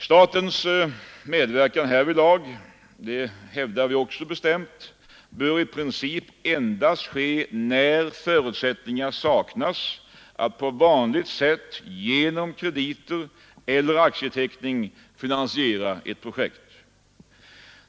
Statens medverkan härvidlag — det hävdar vi också bestämt — bör i princip endast ske när förutsättningar saknas att på vanligt sätt genom krediter eller aktieteckning finansiera ett projekt.